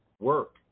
work